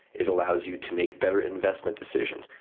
it allows you to make better investment decisions.